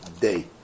day